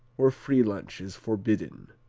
where free lunch is forbidden.